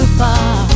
far